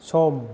सम